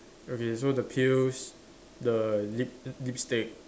okay so the pails the lip lipstick